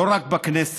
לא רק בכנסת,